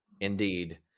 Indeed